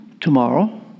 tomorrow